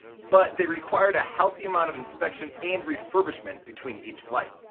but they required a healthy amount of inspection and refurbishment between each flight.